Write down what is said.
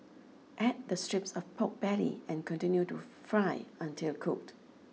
add the strips of pork belly and continue to fry until cooked